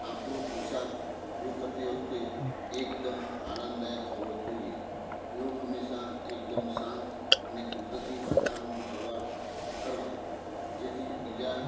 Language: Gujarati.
આપણો પોષાક યોગ કરતી વખતે એકદમ આરામદાયક હોવો જોઈએ યોગ હંમેશા એકદમ શાંત અને કુદરતી વાતાવરણમાં કરવા કરવા જેથી બીજા